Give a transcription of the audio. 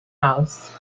house